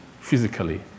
physically